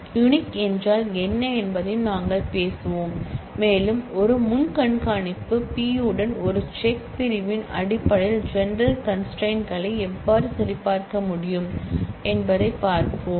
unique என்றால் என்ன என்பதையும் நாங்கள் பேசுவோம் மேலும் ஒரு முன்கணிப்பு பி உடன் ஒரு செக் பிரிவின் அடிப்படையில் ஜெனெரல் கான்ஸ்டரைண்ட்களை எவ்வாறு சரிபார்க்க முடியும் என்பதைப் பார்ப்போம்